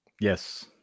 Yes